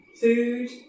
food